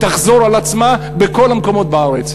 תחזור על עצמה בכל המקומות בארץ.